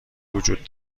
وجود